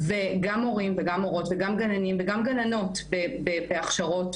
גם מורים, מורות, גננים וגננות בהכשרות.